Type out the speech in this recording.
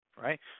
right